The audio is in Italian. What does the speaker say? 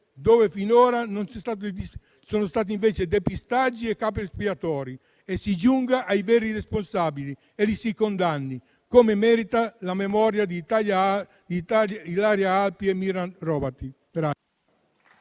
cui finora ci sono stati depistaggi e capri espiatori e che si giunga ai veri responsabili e li si condanni, come meritano la memoria di Ilaria Alpi e Miran Hrovatin.